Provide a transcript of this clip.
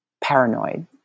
paranoid